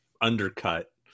undercut